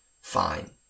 Fine